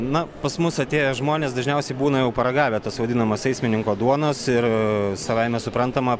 na pas mus atėję žmonės dažniausiai būna jau paragavę tos vadinamos eismininko duonos ir savaime suprantama